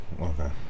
Okay